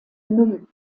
null